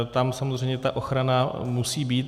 Tam samozřejmě ochrana musí být.